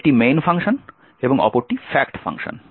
একটি main function এবং অপরটি fact ফাংশন